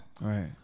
right